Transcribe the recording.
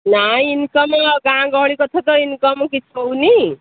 ନାଇଁ ଇନ୍କମ୍ ଗାଁ ଗହଳି କଥା ତ ଇନ୍କମ୍ କିଛି ହଉନି